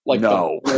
No